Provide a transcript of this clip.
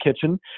kitchen